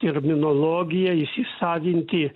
terminologiją įsisavinti